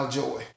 joy